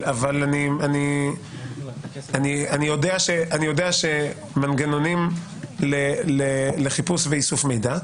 אני יודע על מנגנונים לחיפוש ואיסוף מידע.